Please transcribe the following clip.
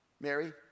Mary